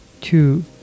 Two